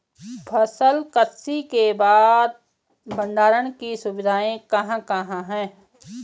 फसल कत्सी के बाद भंडारण की सुविधाएं कहाँ कहाँ हैं?